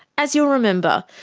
as you'll remember,